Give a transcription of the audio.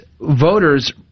voters